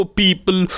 people